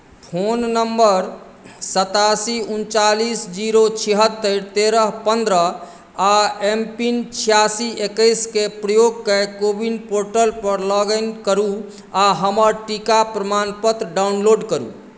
phone number सत्तासी उनचालिस zero छिहत्तरि तेरह पन्द्रह आ एम पिन छियासी एकैसके प्रयोग कय कोविन पोर्टलपर लॉग इन करू आ हमर टीका प्रमाणपत्र डाउनलोड करू